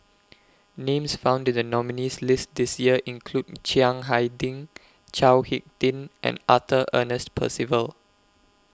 Names found in The nominees' list This Year include Chiang Hai Ding Chao Hick Tin and Arthur Ernest Percival